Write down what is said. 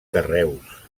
carreus